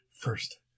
First